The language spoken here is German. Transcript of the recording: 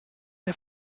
der